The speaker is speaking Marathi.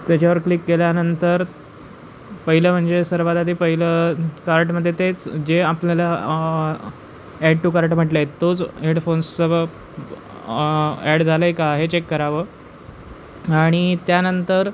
त्याच्यावर क्लिक केल्यानंतर पहिलं म्हणजे सर्वात आधी पहिलं कार्टमध्ये तेच जे आपल्याला ॲड टू कार्ट म्हटलं आहे तोच हेडफोन्सचं ॲड झालं आहे का हे चेक करावं आणि त्यानंतर